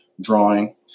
drawing